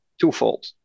twofold